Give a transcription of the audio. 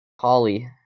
Holly